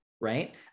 right